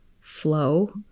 flow